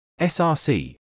src